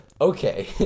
okay